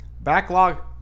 backlog